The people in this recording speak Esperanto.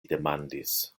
demandis